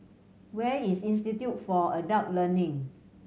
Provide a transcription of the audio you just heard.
where is Institute for Adult Learning